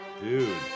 Dude